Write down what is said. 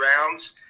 rounds